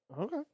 Okay